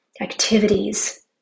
activities